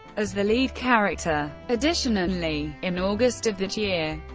as the lead character. additionally, in august of that year,